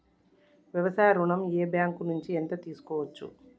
వ్యవసాయ ఋణం ఏ బ్యాంక్ నుంచి ఎంత తీసుకోవచ్చు?